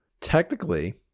technically